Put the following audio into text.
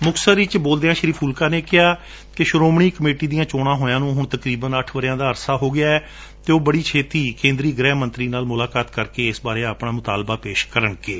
ਮੁਕਤਸਰ ਵਿੱਚ ਬੋਲਦਿਆਂ ਸ਼ੀ ਫੁਲਕਾ ਨੇ ਕਿਹਾ ਕਿ ਸ਼ਰੋਮਣੀ ਕਮੇਟੀ ਦੀਆਂ ਚੋਣਾਂ ਹੋਇਆਂ ਨੂੰ ਹੁਣ ਤਕਰੀਬਨ ਅੱਠ ਵਰ੍ਰਿਆਂ ਦਾ ਅਰਸਾ ਬੀਤ ਗਿਐ ਤੇ ਉਹ ਬੜੀ ਛੇਤੀ ਕੇਂਦਰੀ ਗ੍ਰਹਿ ਮੰਤਰੀ ਨਾਲ ਮੁਲਾਕਾਤ ਕਰਕੇ ਇਸ ਬਾਰੇ ਆਪਣਾ ਮੁਤਾਲਬਾ ਪੇਸ਼ ਕਰਨਗੇ